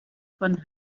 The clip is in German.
von